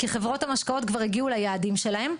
כי חברות המשקאות כבר הגיעו ליעדים שלהם.